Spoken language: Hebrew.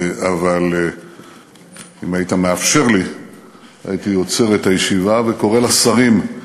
אבל אם היית מאפשר לי הייתי עוצר את הישיבה וקורא לשרים,